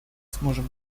сможем